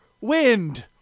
wind